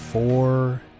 Four